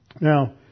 Now